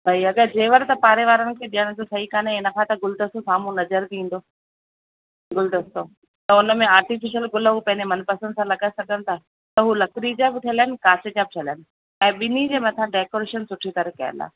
भई अगरि जेवर त पाड़े वारनि खे ॾियण सही कान्हे हिन खां त गुलदस्तो साम्हूं नज़र बि ईंदो गुलदस्तो त हुन में आर्टीफ़िशल गुल उहो पंहिंजे मनु पसंदि सां लॻाए सघनि था त हू लकड़ी जा बि ठहियल आहिनि कांच जा बि ठहियल आहिनि ऐं ॿिनी जे मथां डेकॉरेशन सुठी तरह कयल आहे